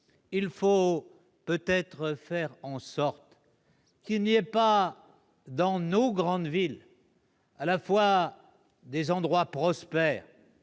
Il faut faire en sorte qu'il n'y ait pas, dans nos grandes villes, à la fois des quartiers prospères